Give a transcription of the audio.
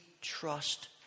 trust